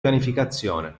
pianificazione